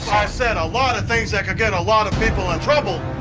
said a lotta things that could get a lotta people in trouble.